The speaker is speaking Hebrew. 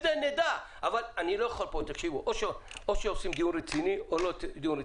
או שעושים דיון רציני או שלא עושים דיון.